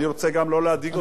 אני בהחלט מסכים אתך